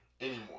Anymore